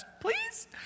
please